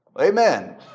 Amen